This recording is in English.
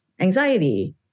anxiety